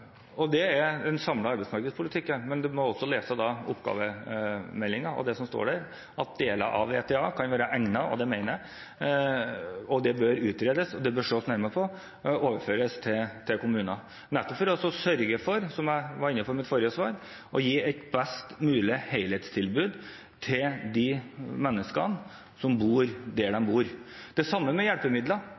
Det er en samlet arbeidsmarkedspolitikk. Men man må også lese det som står i oppgavemeldingen om at deler av VTA kan være egnet, og det mener jeg. Det bør utredes og ses nærmere på og overføres til kommunene, nettopp for å sørge for, som jeg var inne på i mitt forrige svar, å gi et best mulig helhetstilbud til de menneskene som bor der de bor. Det samme gjelder hjelpemidler.